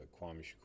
Kwame